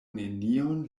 nenion